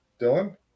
Dylan